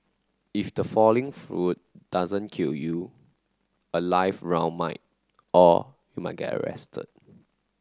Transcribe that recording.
if the falling fruit doesn't kill you a live round might or you might get arrested